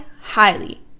highly